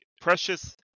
precious